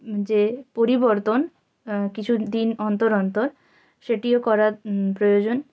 যে পরিবর্তন কিছু দিন অন্তর অন্তর সেটিও করা প্রয়োজন